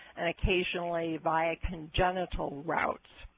and occasionally via congenital routes.